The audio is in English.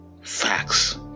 facts